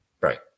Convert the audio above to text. right